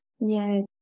yes